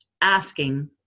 asking